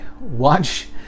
Watch